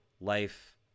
life